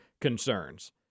concerns